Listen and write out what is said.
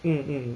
mm mm